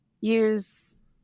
use